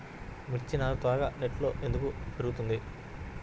మిర్చి నారు త్వరగా నెట్లో ఎందుకు పెరుగుతుంది?